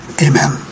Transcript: Amen